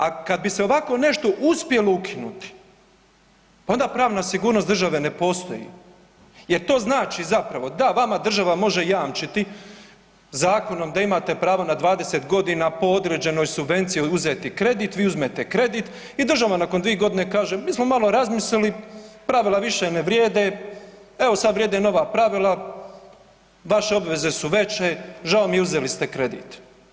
A kad bi se ovako nešto uspjelo ukinuti, onda pravna sigurnost države ne postoji jer to znači zapravo da vama država može jamčiti zakonom da imate pravo na 20 godina po određenoj subvenciji uzeti kredit, vi uzmete kredit i država nakon 2 godine kaže mi smo malo razmislili, pravila više ne vrijede, evo, sad vrijede nova pravila, vaše obveze su veće, žao mi je, uzeli ste kredit.